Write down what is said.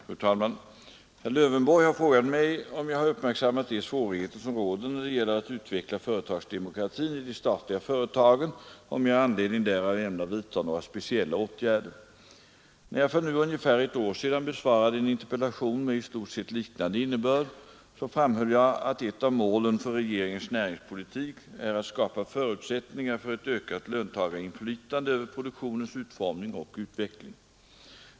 Fru talman! Herr Lövenborg har frågat mig om jag har uppmärksammat de svårigheter som råder när det gäller att utveckla företagsdemokratin i de statliga företagen och om jag i anledning därav ämnar vidta några speciella åtgärder. När jag för nu ungefär ett år sedan besvarade en interpellation med i stort sett liknande innebörd, framhöll jag att ett av målen för regeringens näringspolitik är att skapa förutsättningar för ett ökat löntagarinflytande över produktionens utformning och utveckling.